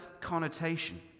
connotation